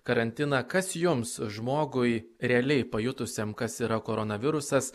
karantiną kas jums žmogui realiai pajutusiam kas yra koronavirusas